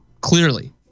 Clearly